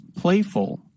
playful